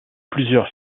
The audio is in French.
plusieurs